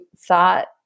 thought